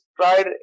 tried